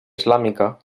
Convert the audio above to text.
islàmica